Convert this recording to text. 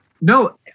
No